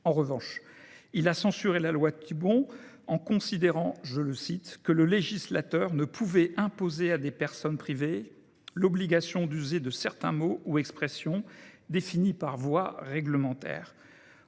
En revanche, il a censuré la loi Toubon en considérant que le législateur ne pouvait imposer « à des personnes privées […] l’obligation d’user […] de certains mots ou expressions définis par voie réglementaire ».